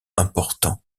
important